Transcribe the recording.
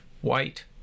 white